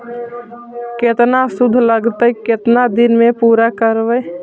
केतना शुद्ध लगतै केतना दिन में पुरा करबैय?